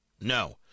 No